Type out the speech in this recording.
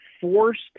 forced